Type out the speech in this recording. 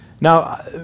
Now